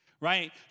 right